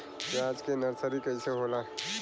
प्याज के नर्सरी कइसे होला?